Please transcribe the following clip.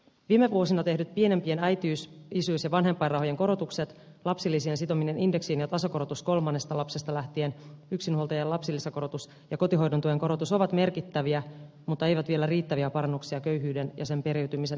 viime vuosina tehdyt pienimpien äitiys isyys ja vanhempainrahojen korotukset lapsilisien sitominen indeksiin ja tasokorotus kolmannesta lapsesta lähtien yksinhuoltajan lapsilisän korotus ja kotihoidon tuen korotus ovat merkittäviä mutta eivät vielä riittäviä parannuksia köyhyyden ja sen periytymisen ehkäisemiseksi